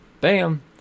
Bam